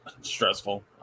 Stressful